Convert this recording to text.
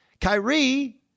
Kyrie